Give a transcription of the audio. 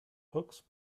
hooks